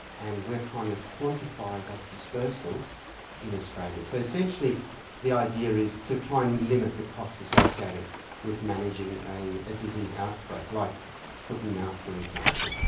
and we're trying to quantify that dispersal in australia. so essentially the idea is to try and limit the cost associated with managing a ah disease outbreak, like foot and mouth, for example,